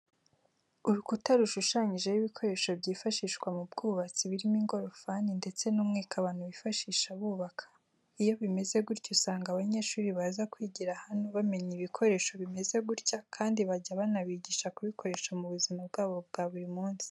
Urukuta rushushanyijeho ibikoresho byifashishwa mu bwubatsi birimo ingorofani ndetse n'umwiko abantu bifashisha bubaka, iyo bimeze gutya usanga abanyeshuri baza kwigira hano bamenya ibikoresho bimeze gutya kandi bajya banabigisha kubikoresha mu buzima bwabo bwa buri munsi.